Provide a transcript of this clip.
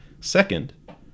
Second